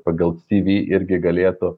pagal tv irgi galėtų